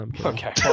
Okay